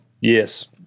Yes